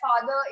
father